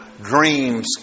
dreams